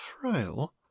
Frail